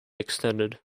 extended